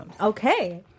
Okay